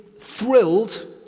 thrilled